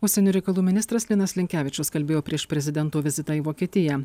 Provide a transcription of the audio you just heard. užsienio reikalų ministras linas linkevičius kalbėjo prieš prezidento vizitą į vokietiją